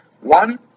one